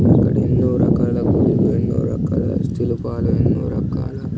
అక్కడ ఎన్నో రకాల గుళ్ళు ఎన్నో రకాల శిల్పాలు ఎన్నో రకాల